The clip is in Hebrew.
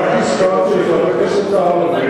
אני רק נזכר שחברי הכנסת הערבים,